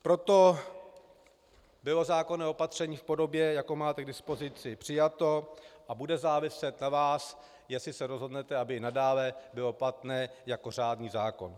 Proto bylo zákonné opatření v podobě, jakou máte k dispozici, přijato a bude záviset na vás, jestli se rozhodnete, aby nadále bylo platné jako řádný zákon.